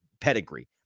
pedigree